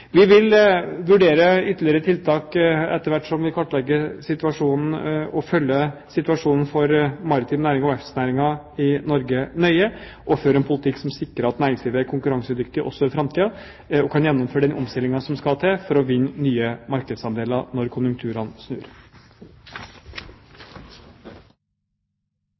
Vi vil vurdere ytterligere tiltak etter hvert som vi kartlegger situasjonen, og vi følger situasjonen for maritim næring og verftsnæringen i Norge nøye. Vi vil føre en politikk som sikrer at næringslivet er konkurransedyktig også i framtiden og kan gjennomføre den omstillingen som skal til for å vinne nye markedsandeler når konjunkturene snur.